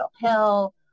Hill